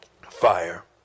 fire